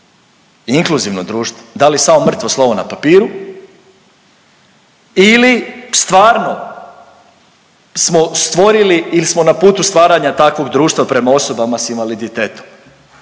inkluzivno društvo da li samo mrtvo slovo na papiru ili stvarno smo stvorili ili smo na putu stvaranja takvog društva prema osobama sa invaliditetom.